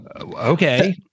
Okay